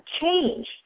Change